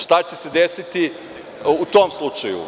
Šta će se desiti u tom slučaju?